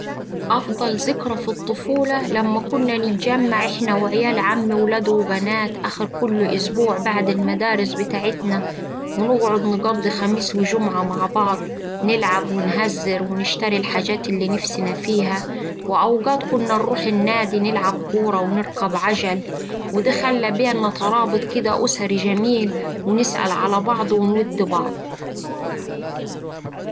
أفضل ذكرى في الطفولة لما كنا نتجمع إحنا وعيال عمي ولاد وبنات آخر كل أسبوع بعد المدارس بتاعتنا ونقعد نقضي خميس وجمعة مع بعض نلعب ونهزر ونشتري الحاجات اللي نفسنا فيها وأوقات كنا نروح النادي نلعب كورة ونركب عجل وده خلا بينا ترابط كدا أسري جميل ونسأل على بعض ونود بعض.